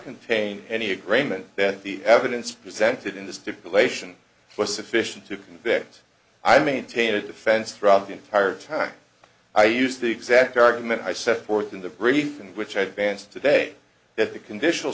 contain any agreement then the evidence presented in the stipulation was sufficient to convict i maintain a defense throughout the entire time i used the exact argument i set forth in the brief in which i advanced today that the conditional